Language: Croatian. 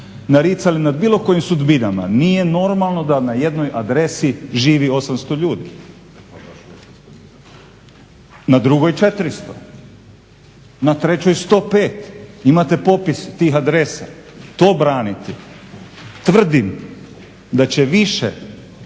naricali nad bilo kojim sudbinama. Nije normalno da na jednoj adresi živi 800 ljudi, na drugoj 400, na trećoj 105. Imate popis tih adresa. To braniti, tvrdim da će više